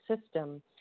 system